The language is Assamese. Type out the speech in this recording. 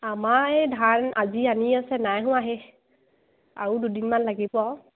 আমাৰ এই ধান আজি আনি আছে নাই হোৱা হে আৰু দুদিনমান লাগিব আৰু